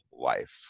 life